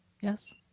yes